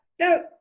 No